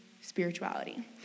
spirituality